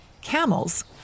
camels